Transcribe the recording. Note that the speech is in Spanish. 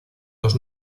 dos